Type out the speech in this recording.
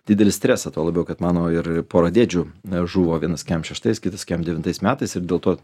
didelį stresą tuo labiau kad mano ir pora dėdžių žuvo vienas kem šeštais kitas kem devintais metais ir dėl to